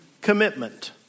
commitment